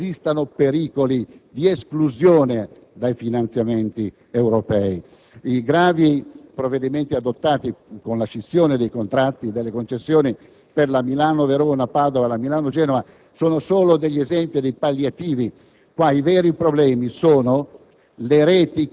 che non esistono pericoli di esclusione dai finanziamenti europei. I gravi provvedimenti adottati, con la scissione dei contratti delle concessioni per le tratte Milano-Verona-Padova e Milano-Genova, sono solo esempi, palliativi. I veri problemi sono